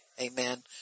Amen